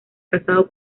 casado